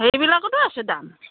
সেইবিলাকতো আছে দাম